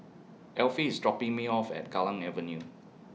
Affie IS dropping Me off At Kallang Avenue